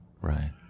Right